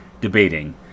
debating